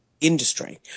industry